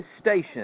station